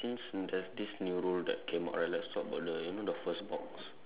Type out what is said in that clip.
since there's this new rule that came out right let's talk about the you know the first box